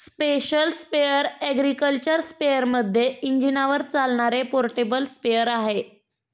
special sprayer agriculture स्पेअरमध्ये इंजिनावर चालणारे पोर्टेबल स्प्रेअर आहे